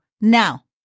Now